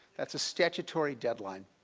it's a statutory deadline.